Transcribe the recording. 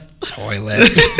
Toilet